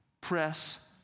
Press